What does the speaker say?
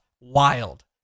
wild